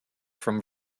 from